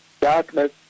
darkness